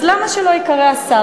אז למה שלא ייקרא השר,